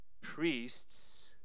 Priests